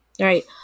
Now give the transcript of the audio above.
right